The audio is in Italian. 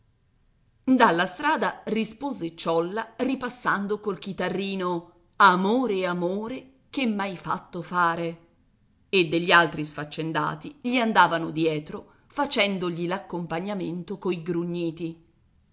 dalla strada rispose ciolla ripassando col chitarrino amore amore che m'hai fatto fare e degli altri sfaccendati gli andavano dietro facendogli l'accompagnamento coi grugniti